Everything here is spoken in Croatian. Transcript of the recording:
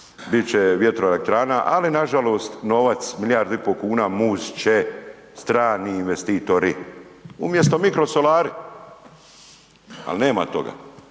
Bit će vjetroelektrana, ali nažalost novac 1,5 milijardu must će strani investitori. Umjesto mikrosolari, ali nema toga.